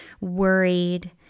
worried